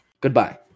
Goodbye